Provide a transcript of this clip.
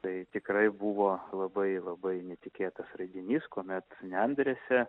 tai tikrai buvo labai labai netikėtas reginys kuomet nendrėse